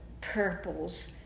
purples